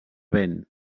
vent